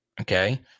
Okay